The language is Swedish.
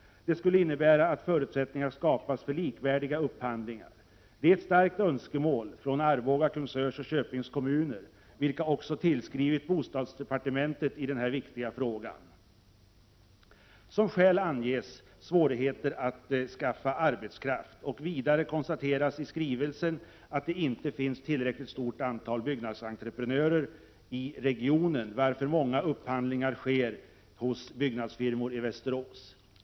Det skulle innebära att förutsättningar skapas för likvärdiga upphandlingar. Det är ett starkt önskemål från Arboga, Kungsörs och Köpings kommuner, vilka också tillskrivit bostadsdepartementet i denna viktiga fråga. Som skäl anges svårigheter att skaffa arbetskraft. Vidare konstateras i skrivelsen att det inte finns tillräckligt stort antal byggnadsentreprenörer i regionen, varför många upphandlingar sker hos byggnadsfirmor i Västerås.